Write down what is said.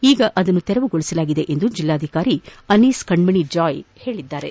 ಈಗ ಅದನ್ನು ತೆರೆಯಲಾಗಿದೆ ಎಂದು ಜಿಲ್ಲಾಧಿಕಾರಿ ಅನಿಸ್ ಕಣ್ಣಣಿ ಜಾಯ್ ಹೇಳಿದ್ದಾರೆ